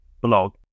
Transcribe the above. blog